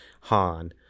Han